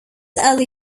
early